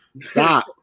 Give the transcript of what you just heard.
Stop